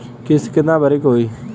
किस्त कितना भरे के होइ?